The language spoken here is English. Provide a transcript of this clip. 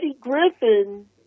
Griffin